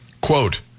Quote